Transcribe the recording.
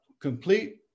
complete